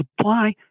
supply